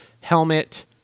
helmet